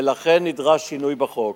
ולכן נדרש תיקון החוק.